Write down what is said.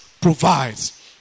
provides